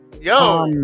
yo